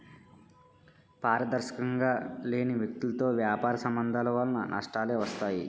పారదర్శకంగా లేని వ్యక్తులతో వ్యాపార సంబంధాల వలన నష్టాలే వస్తాయి